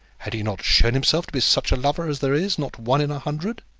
had he not shown himself to be such a lover as there is not one in a hundred?